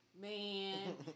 Man